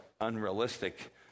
unrealistic